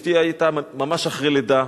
אשתי היתה ממש אחרי לידה,